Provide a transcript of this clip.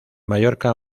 mallorca